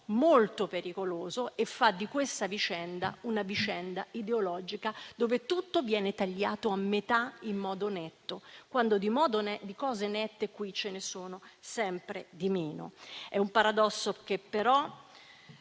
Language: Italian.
molto pericoloso e fa di questa una vicenda ideologica, dove tutto viene tagliato a metà in modo netto, quando di cose nette qui ce ne sono sempre di meno. È un paradosso che però